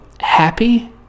happy